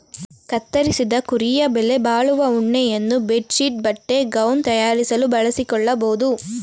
ಕತ್ತರಿಸಿದ ಕುರಿಯ ಬೆಲೆಬಾಳುವ ಉಣ್ಣೆಯನ್ನು ಬೆಡ್ ಶೀಟ್ ಬಟ್ಟೆ ಗೌನ್ ತಯಾರಿಸಲು ಬಳಸಿಕೊಳ್ಳಬೋದು